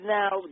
now